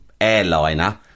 airliner